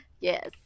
Yes